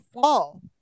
fall